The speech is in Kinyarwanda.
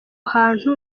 hantu